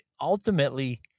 ultimately